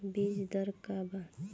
बीज दर का वा?